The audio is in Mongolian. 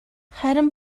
харин